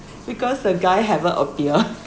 because the guy haven't appear